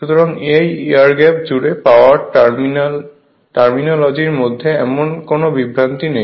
সুতরাং এই air gap জুড়ে পাওয়ার টার্মিনোলোজির মধ্যে এমন কোন বিভ্রান্তি নেই